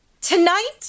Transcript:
Tonight